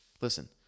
Listen